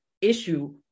issue